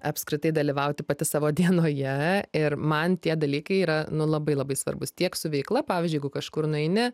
apskritai dalyvauti pati savo dienoje ir man tie dalykai yra nu labai labai svarbus tiek su veikla pavyzdžiui jeigu kažkur nueini